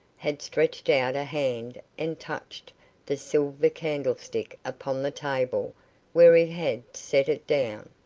had stretched out a hand and touched the silver candlestick upon the table where he had set it down.